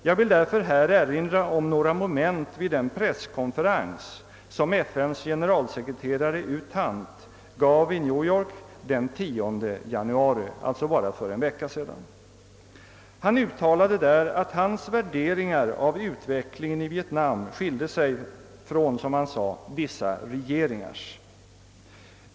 Jag vill därför erinra om några moment vid den presskonferens som FN:s generalsekreterare U Thant gav i New York den 10 januari, alltså bara för en vecka sedan. Han uttalade att hans bedömning av utvecklingen i Vietnam skilde sig från, som han sade, »vissa regeringars».